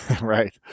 Right